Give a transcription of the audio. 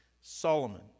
Solomon